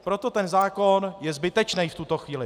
Proto ten zákon je zbytečný v tuto chvíli.